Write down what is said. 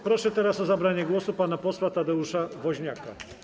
Proszę teraz o zabranie głosu pana posła Tadeusza Woźniaka.